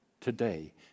today